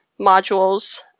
modules